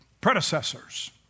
predecessors